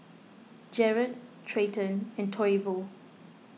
Jarred Treyton and Toivo